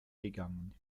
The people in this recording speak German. gegangen